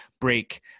Break